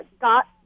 got